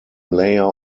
layer